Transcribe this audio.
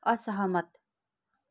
असहमत